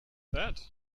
that